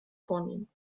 vornehmen